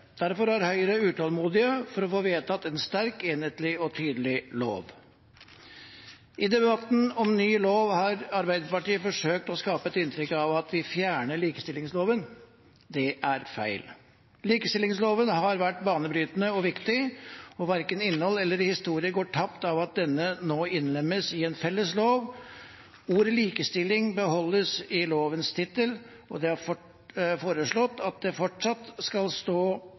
derfor er vi i Høyre utålmodige etter å få vedtatt en sterk, enhetlig og tydelig lov. I debatten om ny lov har Arbeiderpartiet forsøkt å skape et inntrykk av at vi fjerner likestillingsloven. Det er feil. Likestillingsloven har vært banebrytende og viktig, og verken innhold eller historie går tapt ved at denne nå innlemmes i en felles lov. Ordet «likestilling» beholdes i lovens tittel, og det er foreslått at det fortsatt skal stå